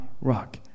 rock